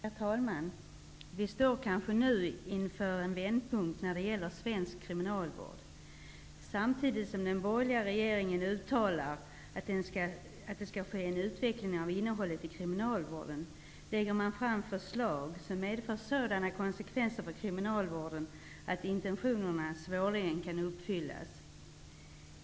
Herr talman! Vi står kanske nu inför en vändpunkt när det gäller svensk kriminalvård. Samtidigt som den borgerliga regeringen uttalar att det skall ske en utveckling av innehållet i kriminalvården, lägger man fram förslag som medför sådana konsekvenser för kriminalvården att intentionerna svårligen kan uppfyllas.